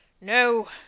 no